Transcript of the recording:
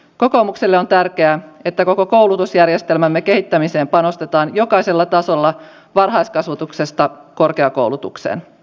kokoomukselle on tärkeää että koko koulutusjärjestelmämme kehittämiseen panostetaan jokaisella tasolla varhaiskasvatuksesta korkeakoulutukseen